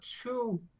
two